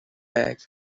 bag